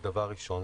זה דבר ראשון.